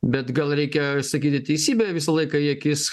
bet gal reikia sakyti teisybę visą laiką į akis